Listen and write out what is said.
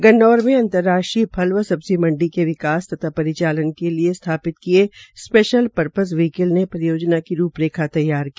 गन्नौर में अंतराष्ट्रीय फल व सब्जी मंडी के विकास तथा परिचालन के लिये स्थापित किये स्पैशल र्पपस व्हीकल ने परियोजना की रूप रेखा तैयार की